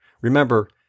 Remember